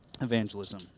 evangelism